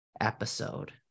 episode